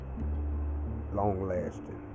Long-lasting